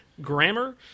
grammar